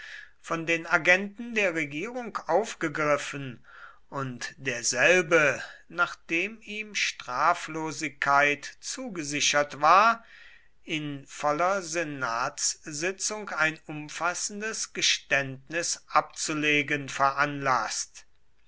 von den agenten der regierung aufgegriffen und derselbe nachdem ihm straflosigkeit zugesichert war in voller senatssitzung ein umfassendes geständnis abzulegen veranlaßt